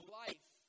life